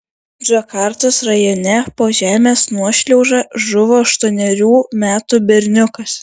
džakartos rajone po žemės nuošliauža žuvo aštuonerių metų berniukas